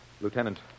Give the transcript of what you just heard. Lieutenant